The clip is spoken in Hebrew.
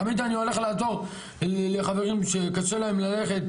תמיד אני הולך לעזור לחברים שקשה להם ללכת,